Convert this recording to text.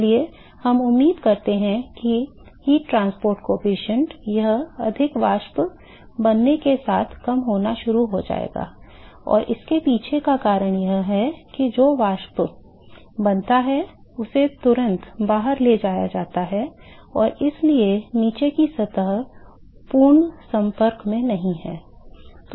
इसलिए हम उम्मीद करते हैं कि ऊष्मा परिवहन गुणांक यह अधिक वाष्प बनने के साथ कम होना शुरू हो जाएगा और इसके पीछे का कारण यह है कि जो वाष्प बनता है उसे तुरंत बाहर ले जाया जाता है और इसलिए नीचे की सतह पूर्ण संपर्क में नहीं हैं